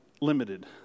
limited